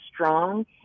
strong